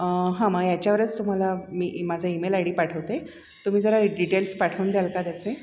ह म्याच्यावरच तुम्हाला मी माझा ईमेल आयडी पाठवते तुम्ही जरा डिटेल्स पाठवून द्याल का त्याचे